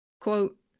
Quote